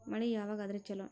ಮಳಿ ಯಾವಾಗ ಆದರೆ ಛಲೋ?